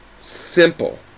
Simple